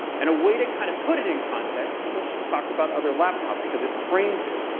and a way to kind of put it in context is let's just talk about other laptops because it frames it.